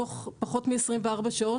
תוך פחות מ-24 שעות.